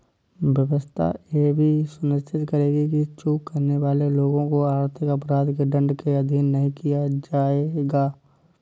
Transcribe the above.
व्यवस्था यह भी सुनिश्चित करेगी कि चूक करने वाले लोगों को आर्थिक अपराध दंड के अधीन नहीं किया जाएगा